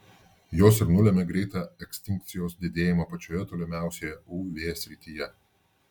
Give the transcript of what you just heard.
jos ir nulemia greitą ekstinkcijos didėjimą pačioje tolimiausioje uv srityje